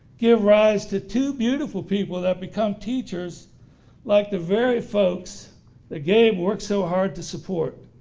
gave rise to two beautiful people that become teachers like the very folks that gabe worked so hard to support.